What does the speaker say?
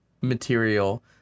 material